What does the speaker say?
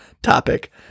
topic